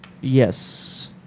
Yes